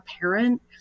parent